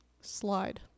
Slide